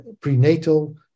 prenatal